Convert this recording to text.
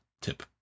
tip